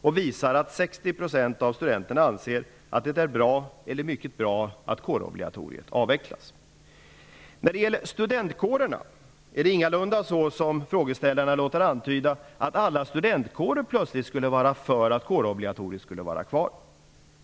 Den visar att 60 % av studenterna anser att det är bra eller mycket bra att kårobligatoriet avvecklas. Det är ingalunda så som frågeställarna låter antyda att alla studentkårer plötsligt skulle vara för att kårobligatoriet skall vara kvar.